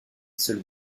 seul